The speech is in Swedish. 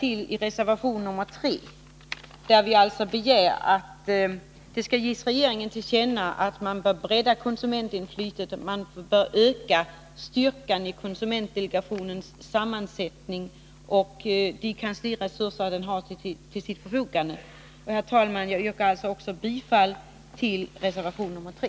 I reservationen begär vi alltså att det skall ges regeringen till känna att man bör bredda konsumentinflytandet, öka styrkan i konsumentdelegationens sammansättning och förstärka de kansliresurser den har till sitt förfogande. Herr talman! Jag yrkar bifall också till reservation 3.